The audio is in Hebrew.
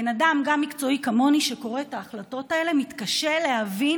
גם בן אדם מקצועי כמוני שקורא את ההחלטות האלה מתקשה להבין